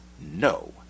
No